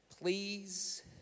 Please